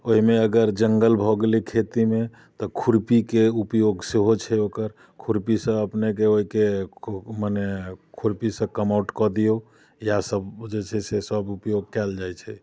ओहिमे अगर जंगल भऽ गेलै खेतीमे तऽ खुरपीके उपयोग सेहो छै ओकर खुरपीसँ अपनेके ओहिके मने खुरपीसँ कमौठ कऽ दिऔ इएहसभ जे छै से सभ उपयोग कयल जाइत छै